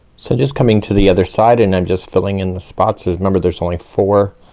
so just coming to the other side, and i'm just filling in the spots. just remember there's only four,